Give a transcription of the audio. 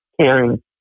caring